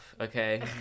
okay